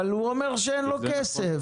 אבל הוא אומר שאין לו כסף.